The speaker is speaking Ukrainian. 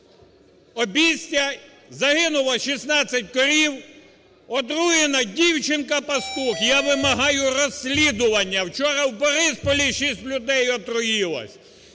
загинуло 16 корів, отруєна дівчинка-пастух. Я вимагаю розслідування. Вчора в Борисполі 6 людей отруїлося,